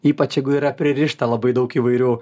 ypač jeigu yra pririšta labai daug įvairių